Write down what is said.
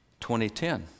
2010